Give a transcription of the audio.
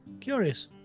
Curious